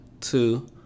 two